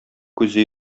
күзе